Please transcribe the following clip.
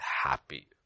happy